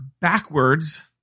backwards